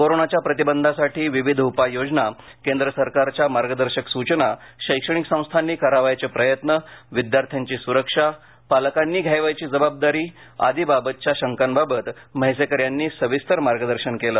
कोरोनाच्या प्रतिबंधासाठी विविध उपाययोजना केंद्र सरकारच्या मार्गदर्शक सूचना शैक्षणिक संस्थांनी करावयाचे प्रयत्न विद्यार्थ्यांची सुरक्षा पालकांनी घ्यावयाची खबरदारी आदी बाबतच्या शंकाबाबत म्हैसेकर यांनी सविस्तर मार्गदर्शन केले